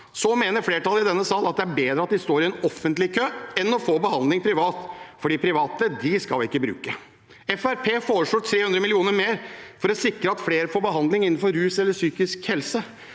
Så mener flertallet i denne sal at det er bedre at de står i en offentlig kø enn å få behandling privat, for de private skal vi ikke bruke. Fremskrittspartiet foreslår 300 mill. kr mer for å sikre at flere får behandling innenfor rus eller psykisk helse,